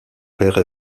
père